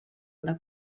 una